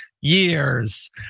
years